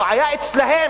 הבעיה היא אצלם,